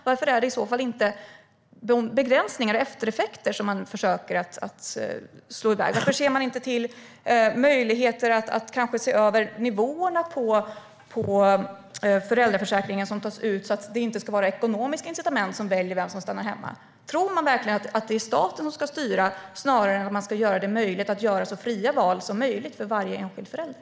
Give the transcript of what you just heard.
Varför försöker man inte begränsa eftereffekter? Varför ser man inte över nivåerna på föräldraförsäkringen så att det inte blir ekonomiska incitament som styr vem som väljer att stanna hemma? Tycker man verkligen att staten ska styra snarare än att göra det möjligt att göra så fria val som möjligt för varje enskild förälder?